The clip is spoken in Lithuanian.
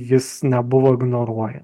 jis nebuvo ignoruoja